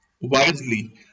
wisely